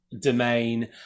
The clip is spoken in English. domain